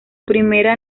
primera